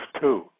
two